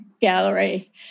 Gallery